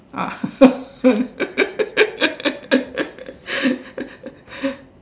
ah